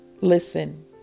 Listen